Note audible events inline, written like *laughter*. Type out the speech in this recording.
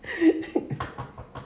*laughs*